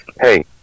Hey